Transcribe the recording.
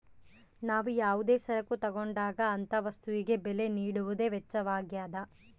ನಾವು ಯಾವುದೇ ಸರಕು ತಗೊಂಡಾಗ ಅಂತ ವಸ್ತುಗೆ ಬೆಲೆ ನೀಡುವುದೇ ವೆಚ್ಚವಾಗ್ಯದ